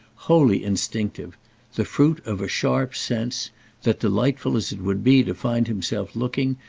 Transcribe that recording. wholly instinctive the fruit of a sharp sense that, delightful as it would be to find himself looking,